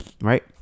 right